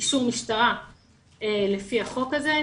אישור משטרה לפי החוק הזה,